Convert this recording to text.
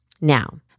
Now